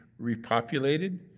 repopulated